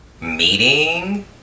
meeting